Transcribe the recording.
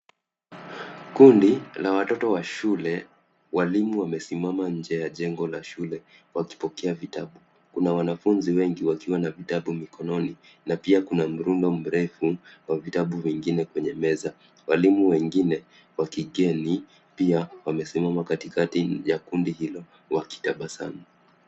Kundi la watoto wa shule, walimu wamesimama nje ya jengo la shule wakipokea vitabu. Kuna wanafunzi wengi wakiwa na vitabu mikononi na pia kuna mrundo mrefu wa vitabu vingine kwenye meza. Walimu wengine wakigeni pia wamesimama katikati ya kundi hilo wakitabasamu.